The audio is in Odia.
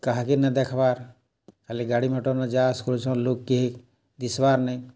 କାହାକେ ନାଇ ଦେଖ୍ବାର୍ ଖାଲି ଗାଡ଼ି ମଟର୍ ନ ଯାଆ ଆସ୍ କରୁଛନ୍ ଲୋକ୍ କେହି ଦିଶ୍ବାର୍ ନାଇଁ